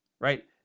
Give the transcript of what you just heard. right